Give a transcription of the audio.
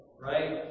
right